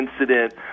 incident